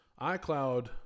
iCloud